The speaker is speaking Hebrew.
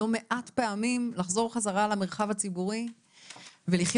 לא מעט פעמים לחזור חזרה למרחב הציבורי ולחיות